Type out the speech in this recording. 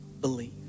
believe